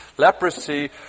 Leprosy